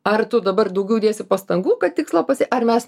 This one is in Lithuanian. ar tu dabar daugiau dėsi pastangų kad tikslą pasiekt ar mes